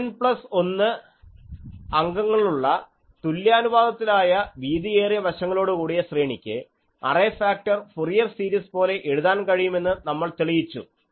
2N plus 1 അംഗങ്ങളുള്ള തുല്യാനുപാതത്തിലായ വീതിയേറിയ വശങ്ങളോടുകൂടിയ ശ്രേണിക്ക് അറേഫാക്ടർ ഫൊറിയർ സീരിസ് പോലെ എഴുതാൻ കഴിയും എന്ന് നമ്മൾ തെളിയിച്ചു